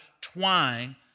twine